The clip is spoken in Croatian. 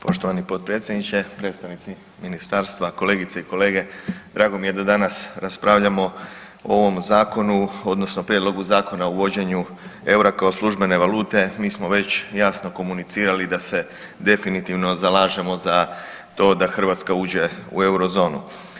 Poštovani potpredsjedniče, predstavnici ministarstva, kolegice i kolege, drago mi je danas raspravljamo o ovom zakonu odnosno Prijedlogu Zakona o uvođenju EUR-a kao službene valute, mi smo već jasno komunicirali da se definitivno zalažemo za to da Hrvatska uđe u Eurozonu.